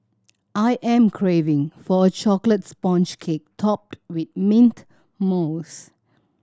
I am craving for a chocolate sponge cake topped with mint mousse